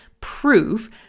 proof